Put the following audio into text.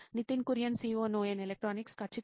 Nitin Kurian COO నోయిన్ electronics ఖచ్చితంగా